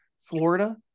Florida